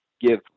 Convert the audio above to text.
give